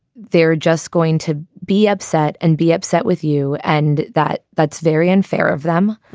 they're just going to be upset and be upset with you. and that that's very unfair of them.